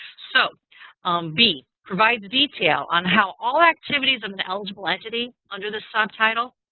so b, provide detail on how all activities of an eligible entity under the subtitle,